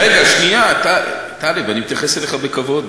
רגע, שנייה, טלב, אני מתייחס אליך בכבוד.